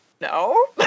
no